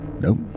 Nope